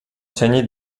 segni